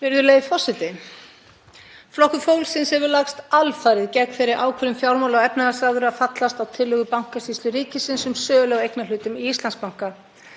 Virðulegur forseti. Flokkur fólksins hefur lagst alfarið gegn þeirri ákvörðun fjármála- og efnahagsráðherra að fallast á tillögu Bankasýslu ríkisins um sölu á eignarhlutum í Íslandsbanka.